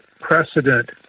precedent